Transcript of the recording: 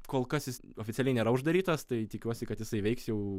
kol kas jis oficialiai nėra uždarytas tai tikiuosi kad jisai veiks jau